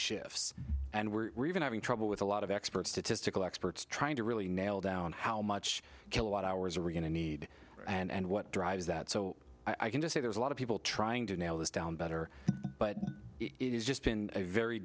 shifts and we're even having trouble with a lot of expert statistical experts trying to really nail down how much kilowatt hours we're going to need and what drives that so i can just say there's a lot of people trying to nail this down better but it is just been a very